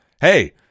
hey